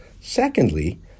Secondly